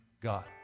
God